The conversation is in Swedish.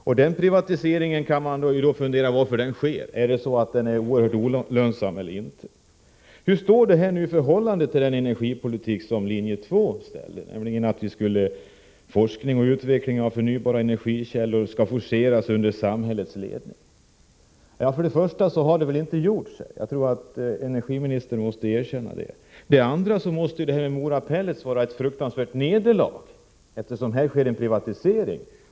Man kan ju fundera över varför denna privatisering sker — är anläggningen oerhört olönsam eller inte? Hur står detta i förhållande till den energipolitik som linje 2 stod för, nämligen att forskning och utveckling rörande förnybara energikällor skulle forceras under samhällets ledning? För det första har detta inte gjorts — det tror jag energiministern måste erkänna. För det andra måste Mora Pellets innebära ett fruktansvärt nederlag, eftersom här sker en privatisering.